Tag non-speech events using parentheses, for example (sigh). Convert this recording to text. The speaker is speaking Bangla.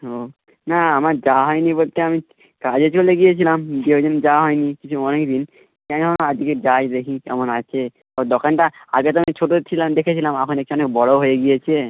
ও না আমার যাওয়া হয় নি বলতে আমি কাজে চলে গিয়েছিলাম দিয়ে ওই জন্য যাওয়া হয় নি (unintelligible) অনেক দিন (unintelligible) আজকে যাই দেখি কেমন আছে ওই দোকানটা আগে তো আমি ছোটো ছিলাম দেখেছিলাম এখন দেখছি অনেক বড়ো হয়ে গিয়েছে